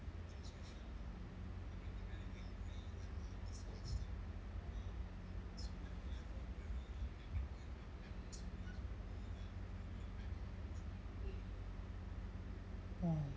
oh